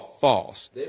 false